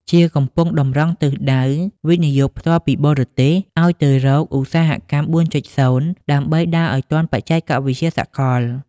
ជាកំពុងតម្រង់ទិស វិនិយោគផ្ទាល់ពីបរទេស ឱ្យទៅរក "ឧស្សាហកម្ម ៤.០" ដើម្បីដើរឱ្យទាន់បច្ចេកវិទ្យាសកល។